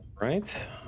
Right